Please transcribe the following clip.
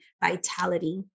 vitality